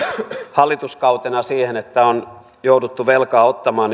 hallituskautena siihen että on jouduttu velkaa ottamaan